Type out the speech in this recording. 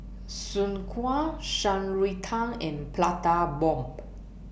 Soon Kway Shan Rui Tang and Plata Bomb